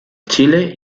chile